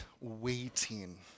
waiting